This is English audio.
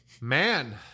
Man